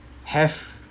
I don't really have